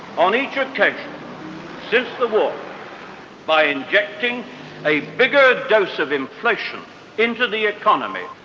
on each occasion since the war by injecting a bigger dose of inflation into the economy,